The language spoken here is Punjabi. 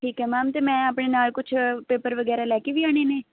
ਠੀਕ ਹੈ ਮੈਮ ਅਤੇ ਮੈਂ ਆਪਣੇ ਨਾਲ਼ ਕੁਛ ਪੇਪਰ ਵਗੈਰਾ ਲੈ ਕੇ ਵੀ ਆਉਣੇ ਨੇ